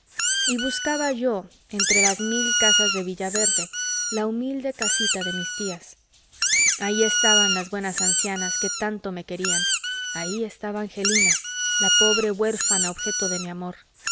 y buscaba yo entre las mil casas de villaverde la humilde casita de mis tías ahí estaban las buenas ancianas que tanto me querían ahí estaba angelina la pobre huérfana objeto de mi amor